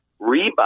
rebuy